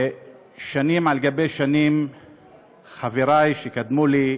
שנים על גבי שנים חברי שקדמו לי,